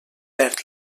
perd